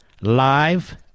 live